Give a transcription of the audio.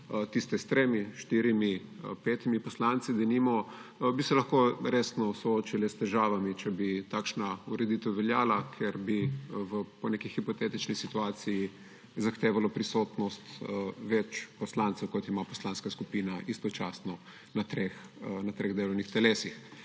Tiste s tremi, štirimi, petimi poslanci bi se lahko resno soočile s težavami, če bi takšna ureditev veljala, ker bi po neki hipotetični situaciji zahtevalo prisotnost več poslancev, kot jih ima poslanska skupina, istočasno na treh delovnih telesih.